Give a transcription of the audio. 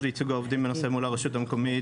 וייצוג העובדים בנושא מול הרשות המקומית